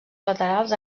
laterals